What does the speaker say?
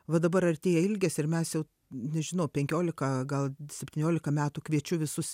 va dabar artėja ilgės ir mes jau nežinau penkiolika gal septyniolika metų kviečiu visus